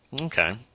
Okay